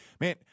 Man